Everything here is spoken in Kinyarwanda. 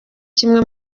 kimwe